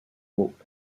book